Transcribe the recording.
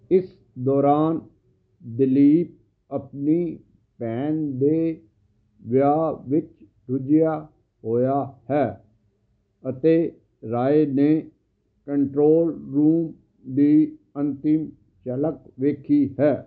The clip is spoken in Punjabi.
ਇਸ ਦੌਰਾਨ ਦਿਲੀਪ ਆਪਣੀ ਭੈਣ ਦੇ ਵਿਆਹ ਵਿੱਚ ਰੁੱਝਿਆ ਹੋਇਆ ਹੈ ਅਤੇ ਰਾਏ ਨੇ ਕੰਟਰੋਲ ਰੂਮ ਦੀ ਅੰਤਿਮ ਝਲਕ ਵੇਖੀ ਹੈ